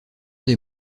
des